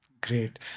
Great